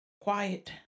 quiet